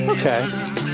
Okay